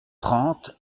trente